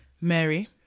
Mary